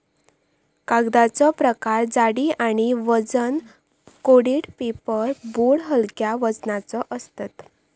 कागदाचो प्रकार जाडी आणि वजन कोटेड पेपर बोर्ड हलक्या वजनाचे असतत